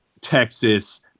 Texas